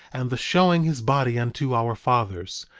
and the showing his body unto our fathers,